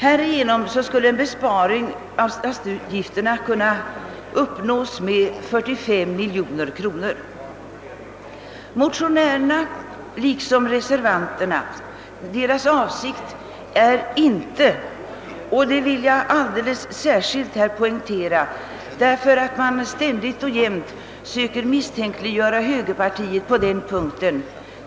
Härigenom skulle en besparing på 45 miljoner kronor göras i statens utgifter. Motionärernas och reservanternas avsikt är inte att höja försäkringsavgifterna eller att minska kassornas utbetalningar; det vill jag starkt poängtera. eftersom man ständigt och jämt söker misstänkliggöra högerpartiet på den punkten.